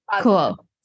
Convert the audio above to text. Cool